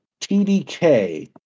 TDK